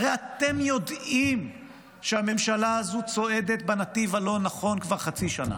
הרי אתם יודעים שהממשלה הזו צועדת בנתיב הלא-נכון כבר חצי שנה.